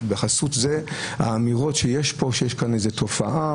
בחסות אמירות שיש כאן תופעה